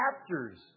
chapters